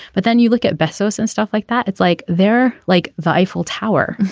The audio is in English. but then you look at bezos and stuff like that. it's like they're like the eiffel tower.